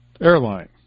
airline